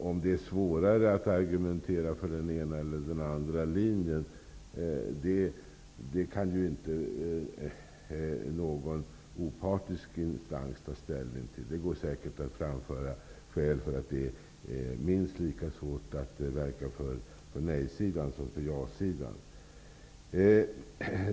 Om det är svårare att argumentera för den ena eller den andra linjen, kan inte någon opartisk instans ta ställning till. Det går säkert att framföra skäl för att det är minst lika svårt att verka för nej-sidan som för jasidan.